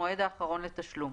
המועד האחרון לתשלום).